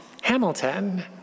Hamilton